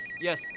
yes